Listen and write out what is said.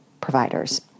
providers